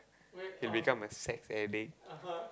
he become a sex addict